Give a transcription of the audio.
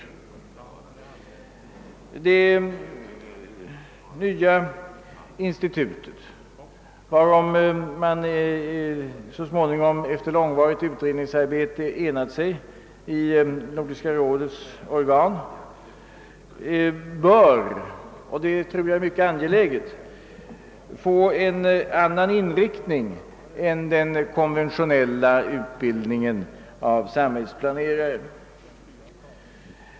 Utbildningen vid det nya institutet, varom man efter långvarigt utredningsarbete enat sig i Nordiska rådets organ, bör — och det tror jag är mycket angeläget — få en annan inriktning än den konventionella utbildningen av samhällsplanerare.